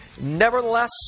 Nevertheless